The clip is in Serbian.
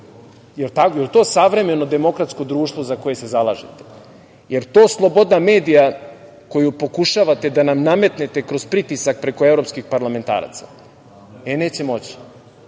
to savremeno demokratsko društvo za koje se zalažete? Jel to sloboda medija koju pokušavate da nam nametnete kroz pritisak preko evropskih parlamentaraca? Neće moći.